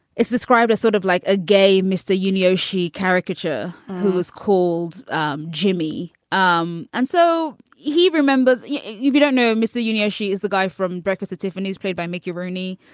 it's described as sort of like a gay mr. yunior's she caricature who was called um jimmy. um and so he remembers. yeah you don't know mr. junia. she is the guy from breakfast at tiffany's, played by mickey rooney.